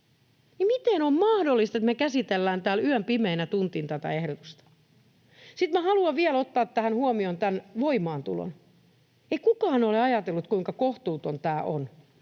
miten on mahdollista, että me käsittelemme täällä yön pimeinä tunteina tätä ehdotusta. Sitten minä haluan vielä ottaa tähän huomioon tämän voimaantulon. Ei kukaan ole ajatellut, kuinka kohtuuton tämä on.